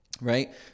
right